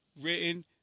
written